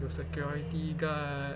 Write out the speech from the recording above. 有 security guard